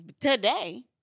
today